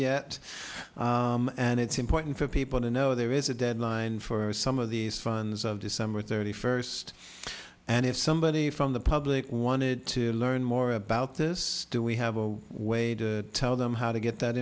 yet and it's important for people to know there is a deadline for some of these funds of december thirty first and if somebody from the public wanted to learn more about this do we have a way to tell them how to get that